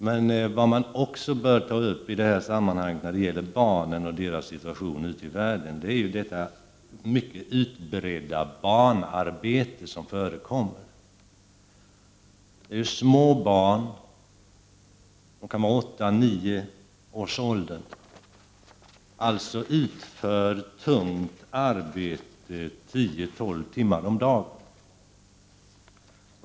Men vad som också bör tas upp i det sammanhanget är det mycket utbredda barnarbete som förekommer. Små barn på åtta till nio år utför tungt arbete tio till tolv timmar om dagen.